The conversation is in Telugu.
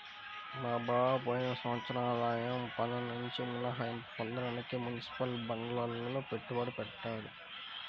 మా బావ పోయిన సంవత్సరం ఆదాయ పన్నునుంచి మినహాయింపు పొందడానికి మునిసిపల్ బాండ్లల్లో పెట్టుబడి పెట్టాడు